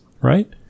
right